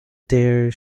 d’fhear